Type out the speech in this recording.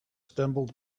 stumbled